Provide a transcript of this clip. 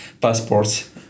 passports